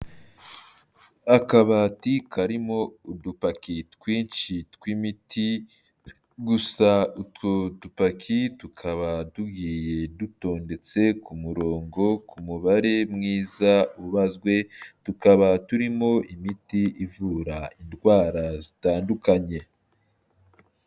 Akabati karimo udupaki twinshi tw'imiti, gusa utwo dupaki, tukaba tugiye dutondetse ku murongo, ku mubare mwiza ubazwe, tukaba turimo imiti ivura indwara zitandukanye.